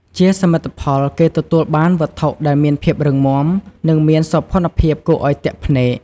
ជាសមិទ្ធផល គេទទួលបានវត្ថុដែលមានភាពរឹងមាំ និងមានសោភ័ណភាពគួរឱ្យទាក់ភ្នែក។